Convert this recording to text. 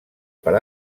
per